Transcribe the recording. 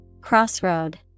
Crossroad